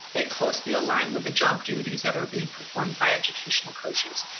they closely align with the job duties that are being performed by educational coaches.